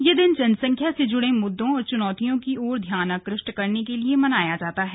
यह दिन जनसंख्या से जुड़े मुद्दों और चुनौतियों की ओर ध्यान आकृष्त करने के लिए मनाया जाता है